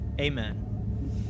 Amen